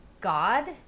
God